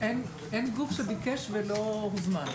אין גוף שביקש ולא הוזמן.